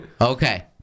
okay